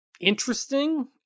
interesting